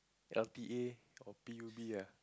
l_t_a or p_u_b ah